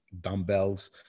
dumbbells